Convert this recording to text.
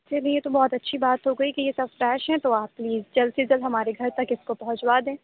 چلیے یہ تو بہت اچھی بات ہو گئی کہ یہ سب فریش ہے تو آپ پلیز جلد سے جلد ہمارے گھر تک اِس کو پہنچوا دیں